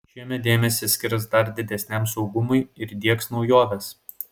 šiemet dėmesį skirs dar didesniam saugumui ir diegs naujoves